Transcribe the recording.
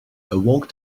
awoke